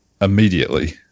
immediately